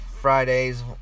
Fridays